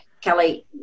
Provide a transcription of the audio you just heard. Kelly